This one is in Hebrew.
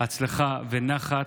הצלחה ונחת,